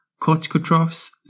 corticotrophs